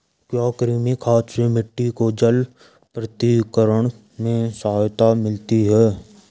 क्या कृमि खाद से मिट्टी को जल प्रतिधारण में सहायता मिलती है?